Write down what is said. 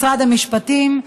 משרד המשפטים,